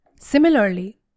Similarly